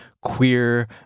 queer